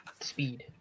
speed